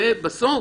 ובסוף